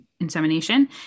insemination